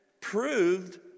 proved